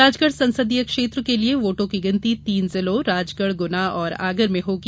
राजगढ़ संसदीय क्षेत्र के लिए वोटों की गिनती तीन जिलों राजगढ़ गुना एवं आगर में होगी